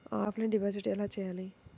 Offline deposit ఎలా చేయాలి?